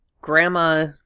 Grandma